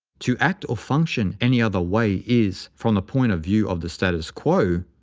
to act or function any other way is, from the point of view of the status quo,